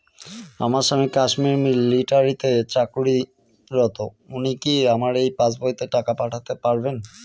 আমার স্বামী কাশ্মীরে মিলিটারিতে চাকুরিরত উনি কি আমার এই পাসবইতে টাকা পাঠাতে পারবেন?